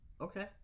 okay